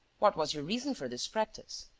what was your reason for this practice?